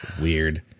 Weird